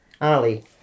Ali